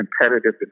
competitive